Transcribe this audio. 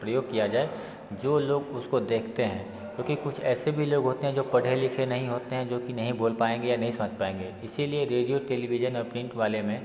प्रयोग किया जाए जो लोग उसको देखते हैं क्योंकि कुछ ऐसे भी लोग होते हैं जो पढे़ लिखे नहीं होते हैं जो कि नहीं बोल पाएंगे या नहीं समझ पाएंगे इसी लिए रेडियो टेलेवीज़न और प्रिन्ट वाले में